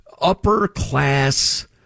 upper-class